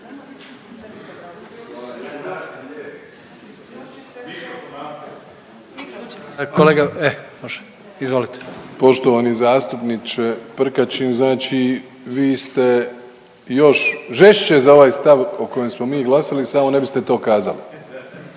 Kolega e, može. Izvolite./… Poštovani zastupniče Prkačin, znači vi ste još žešće za ovaj stav o kojem smo mi glasali samo ne biste to kazali.